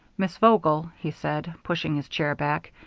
miss vogel, he said, pushing his chair back,